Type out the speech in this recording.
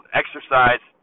exercise